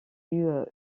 eut